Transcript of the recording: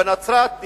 בנצרת,